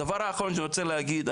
הדבר האחרון שאני רוצה להגיד,